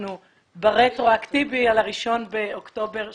ואנחנו רטרואקטיבית על ה-1 באוקטובר 2017,